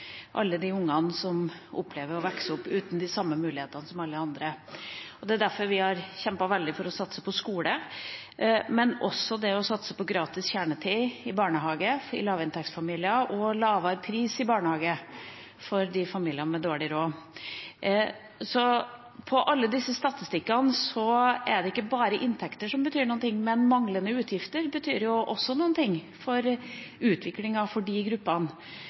alle de ungene som opplever å vokse opp uten de samme mulighetene som alle andre. Derfor har vi kjempet veldig for å satse på skole. Vi har også satset på gratis kjernetid i barnehager for lavinntektsfamilier og lavere pris i barnehager for de familiene med dårlig råd. På alle disse statistikkene er det ikke bare inntekter som betyr noe, men manglende utgifter betyr også noe for utviklingen for de gruppene.